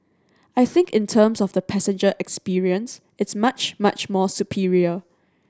I think in terms of the passenger experience it's much much more superior